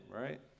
right